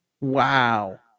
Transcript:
Wow